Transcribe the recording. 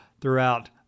throughout